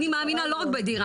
אני מאמינה לא רק בדירה,